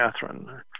Catherine